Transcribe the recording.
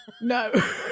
No